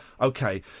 Okay